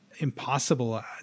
impossible